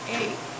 eight